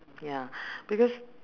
ya because